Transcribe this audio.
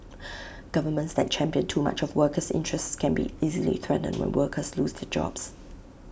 governments that champion too much of workers' interests can be easily threatened when workers lose their jobs